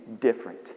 different